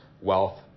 wealth